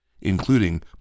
including